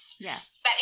Yes